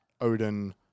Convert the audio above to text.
Odin